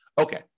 Okay